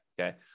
Okay